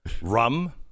Rum